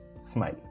smile